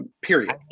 period